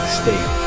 state